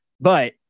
but-